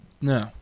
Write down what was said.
No